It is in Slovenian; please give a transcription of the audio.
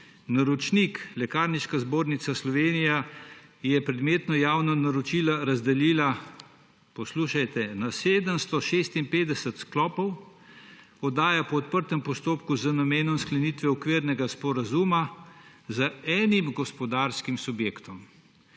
»Naročnik Lekarniška zbornica Slovenije je predmetno javno naročilo razdelila,« poslušajte, »na 756 sklopov. Oddaja po odprtem postopku z namenom sklenitve okvirnega sporazuma z enim gospodarskim subjektom.«